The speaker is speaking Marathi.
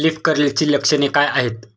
लीफ कर्लची लक्षणे काय आहेत?